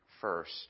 first